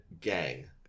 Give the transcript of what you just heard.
Gang